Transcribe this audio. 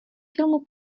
filmu